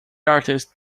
artist